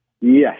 Yes